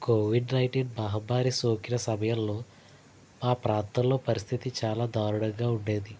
Covid nineteen మహమ్మారి సోకిన సమయంలో ఆ ప్రాంతంలో పరిస్థితి చాలా దారుణంగా ఉండేది